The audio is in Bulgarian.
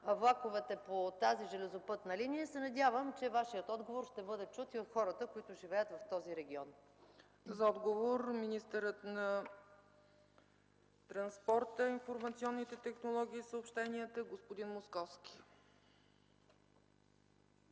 влаковете по тази железопътна линия? Надявам се, че Вашият отговор ще бъде чут и от хората, които живеят в този регион. ПРЕДСЕДАТЕЛ ЦЕЦКА ЦАЧЕВА: За отговор – министърът на транспорта, информационните технологии и съобщенията господин Московски.